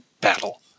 battle